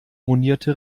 monierte